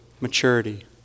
maturity